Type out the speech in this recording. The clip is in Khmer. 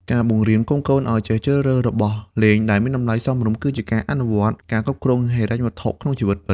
ការបង្រៀនកូនៗឱ្យចេះជ្រើសរើសរបស់លេងដែលមានតម្លៃសមរម្យ គឺជាការអនុវត្តការគ្រប់គ្រងហិរញ្ញវត្ថុក្នុងជីវិតពិត។